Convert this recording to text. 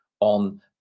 on